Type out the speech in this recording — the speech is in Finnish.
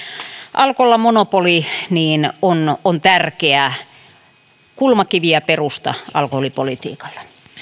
alkolla monopoli on on tärkeä kulmakivi ja perusta alkoholipolitiikalle